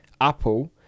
Apple